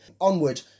Onward